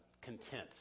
content